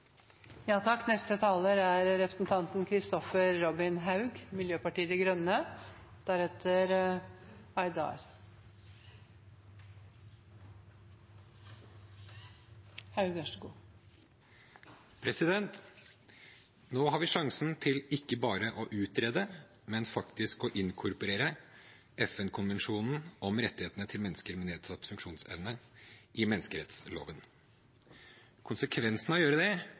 Nå har vi sjansen til ikke bare å utrede, men faktisk å inkorporere FN-konvensjonen om rettighetene til mennesker med nedsatt funksjonsevne i menneskerettsloven. Konsekvensen av å gjøre det